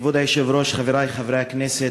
כבוד היושב-ראש, חברי חברי הכנסת,